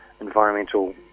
environmental